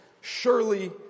surely